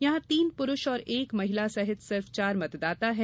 यहां तीन पुरूष और एक महिला सहित सिर्फ चार मतदाता है